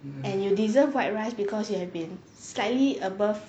and you deserve white rice because you have been slightly above